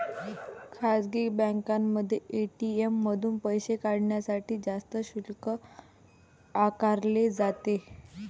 खासगी बँकांमध्ये ए.टी.एम मधून पैसे काढण्यासाठी जास्त शुल्क आकारले जाते